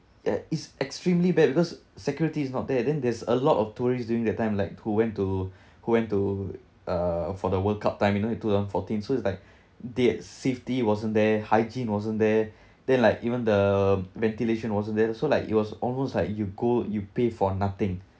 ya is extremely bad because security is not there then there's a lot of tourists during that time like who went to who went to uh for the world cup time you know in two thousand fourteen so it's like their safety wasn't their hygiene wasn't there then like even the ventilation wasn't there so like it was almost like you go you pay for nothing